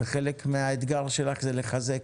וחלק מהאתגר שלך זה לחזק